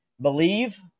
believe